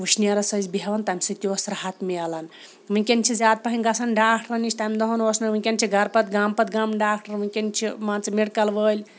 وٕشنیرَس ٲسۍ بیٚہوان تَمہِ سۭتۍ تہِ اوس راحت ملان وٕنکٮ۪ن چھِ زیادٕ پہَنۍ گژھان ڈاکٹرَن نِش تَمہِ دۄہَن اوس نہٕ وٕنکٮ۪ن چھِ گَرٕ پَتہٕ گامہٕ پَتہٕ گامہٕ ڈاکٹر وٕنکٮ۪ن چھِ مان ژٕ میڈِکَل وٲلۍ